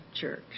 church